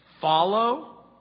Follow